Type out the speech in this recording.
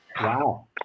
Wow